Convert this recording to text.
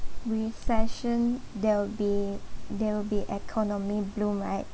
recession there'll be there'll be economy boom right